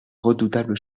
redoutable